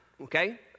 okay